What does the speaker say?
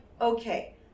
okay